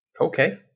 Okay